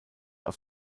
auf